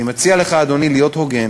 אני מציע לך, אדוני, להיות הוגן